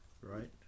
right